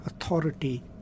authority